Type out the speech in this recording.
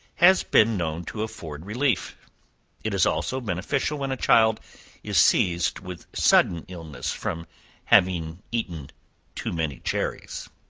has been known to afford relief it is also beneficial when a child is seized with sudden illness from having eaten too many cherries.